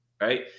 right